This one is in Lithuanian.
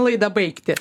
laida baigti